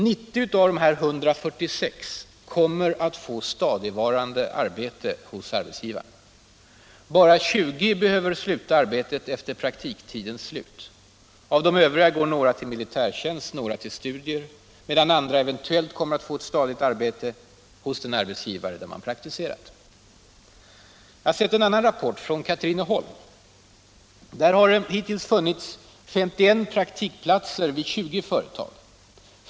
90 av dessa 146 kommer att få stadigvarande arbete hos arbetsgivaren. Bara 20 behöver sluta arbetet efter praktiktidens slut. Av de övriga går några till militärtjänst, några går till studier, medan andra eventuellt kommer att få stadigt arbete hos den arbetsgivare där de har praktiserat. Jag har sett en annan rapport, från Katrineholm. Där har hittills funnits S1 praktikplatser i 20 företag.